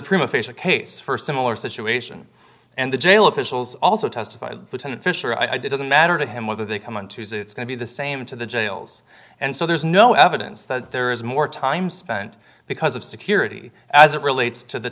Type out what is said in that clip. prima facia case for similar situation and the jail officials also testified lieutenant fisher i do doesn't matter to him whether they come on to say it's going to be the same to the jails and so there's no evidence that there is more time spent because of security as it relates to the